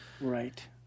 right